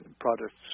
products